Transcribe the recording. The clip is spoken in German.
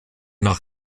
nach